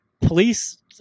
police